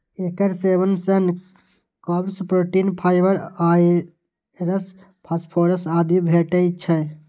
एकर सेवन सं carbs, protein, fibre, आयरस, फास्फोरस आदि भेटै छै